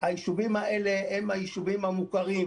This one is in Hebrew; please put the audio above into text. היישובים האלה הם היישובים המוכרים.